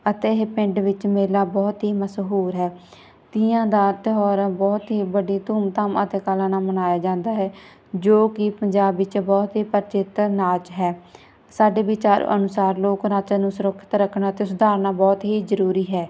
ਅਤੇ ਇਹ ਪਿੰਡ ਵਿੱਚ ਮੇਲਾ ਬਹੁਤ ਹੀ ਮਸ਼ਹੂਰ ਹੈ ਤੀਆਂ ਦਾ ਤਿਉਹਾਰ ਬਹੁਤ ਹੀ ਵੱਡੀ ਧੂਮ ਧਾਮ ਅਤੇ ਕਲਾ ਨਾਲ ਮਨਾਇਆ ਜਾਂਦਾ ਹੈ ਜੋ ਕਿ ਪੰਜਾਬ ਵਿੱਚ ਬਹੁਤ ਹੀ ਪ੍ਰਚਲਿਤ ਨਾਚ ਹੈ ਸਾਡੇ ਵਿਚਾਰ ਅਨੁਸਾਰ ਲੋਕ ਨਾਚਾਂ ਨੂੰ ਸੁਰੱਖਿਅਤ ਰੱਖਣਾ ਅਤੇ ਸੁਧਾਰਨਾ ਬਹੁਤ ਹੀ ਜ਼ਰੂਰੀ ਹੈ